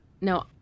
no